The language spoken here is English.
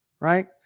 right